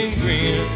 green